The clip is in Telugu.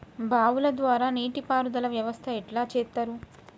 బావుల ద్వారా నీటి పారుదల వ్యవస్థ ఎట్లా చేత్తరు?